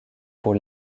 pour